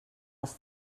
els